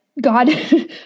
god